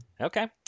Okay